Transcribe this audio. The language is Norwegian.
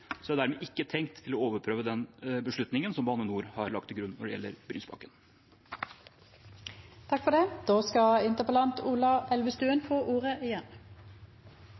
dermed ikke tenkt å overprøve den beslutningen som Bane NOR har lagt til grunn når det gjelder Brynsbakken. Takk for svaret. Det